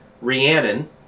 Rhiannon